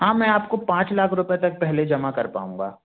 हाँ मैं आपको पाँच लाख रुपये तक पहले जमा कर पाऊँगा